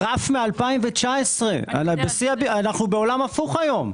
הגרף הוא מ-2019; אנחנו נמצאים בעולם הפוך היום.